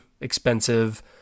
expensive